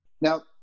Now